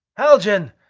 haljan!